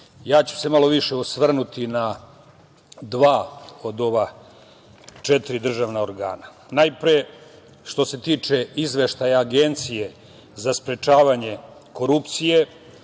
Ja ću se malo više osvrnuti na dva od ova četiri državna organa. Što se tiče Izveštaja Agencije za sprečavanje korupcije